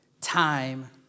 time